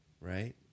right